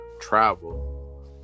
travel